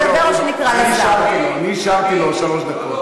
תודה רבה לך, סגנית יושבת ראש הכנסת, גילה גמליאל.